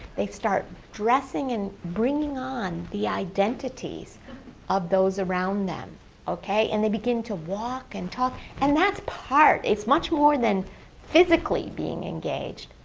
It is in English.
they start dressing and bringing on the identities of those around them and they begin to walk and talk. and that's part. it's much more than physically being engaged.